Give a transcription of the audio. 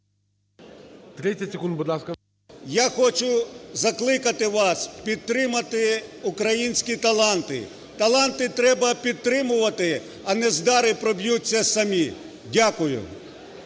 Я хочу закликати вас підтримати українські таланти. Таланти треба підтримувати, а нездари проб'ються самі. Дякую.